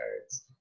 cards